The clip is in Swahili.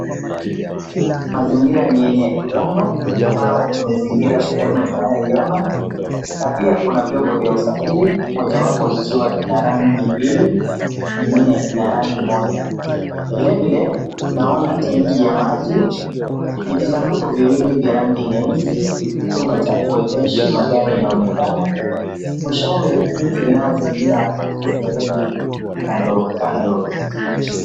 Mazingira ni yenye udongo ambao umezingira sehemu tunayoiona, na pia kuna vyombo vya usafiri mojawapo ikiwa za rangi mbili, ingine ni ya rangi moja. Vile, vile naona tanki ya maji, vijisanduku viwili vya rangi nyeusi, chumba cha kuegesha magari inaonekana. Mwishowe, miti inayozingira hii sehemu kando, kando.